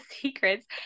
secrets